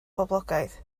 poblogaidd